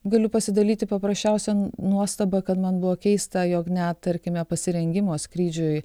galiu pasidalyti paprasčiausion nuostaba kad man buvo keista jog net tarkime pasirengimo skrydžiui